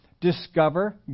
discover